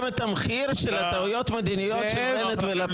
את המחיר של טעויות מדיניות של בנט ולפיד,